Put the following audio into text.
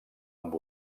amb